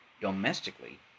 domestically